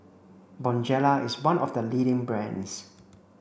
Bonjela is one of the leading brands